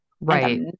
right